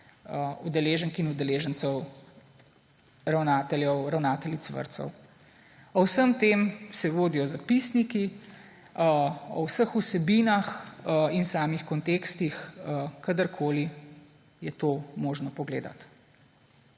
udeleženk in udeležencev, ravnateljev, ravnateljic vrtcev. O vsem tem se vodijo zapisniki, o vseh vsebinah in samih kontekstih, to je možno kadarkoli